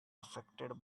affected